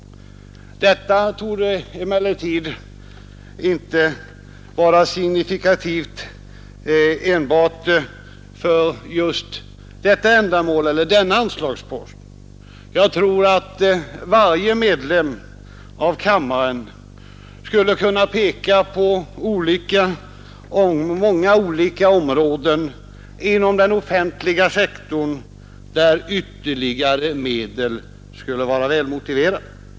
Detta torde emellertid inte vara signifikativt enbart för detta ändamål eller denna anslagspost. Jag tror att varje medlem av kammaren skulle kunna peka på många olika områden inom den offentliga sektorn, där ytterligare medel skulle vara väl motiverade.